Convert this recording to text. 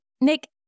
Nick